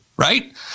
right